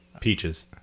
Peaches